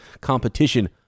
competition